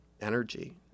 energy